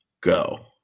go